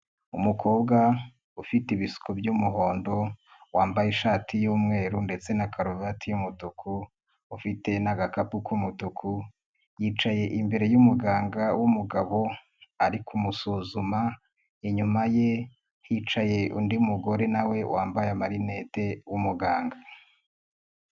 Umukobwa ufite ibisuko by'umuhondo wambaye ishati y'umweru ndetse na karuvati y'umutuku, ufite n'agakapu k'umutuku, yicaye imbere y'umuganga w'umugabo ari kumusuzuma, inyuma ye hicaye undi mugore nawe wambaye amarinete w'umuganga.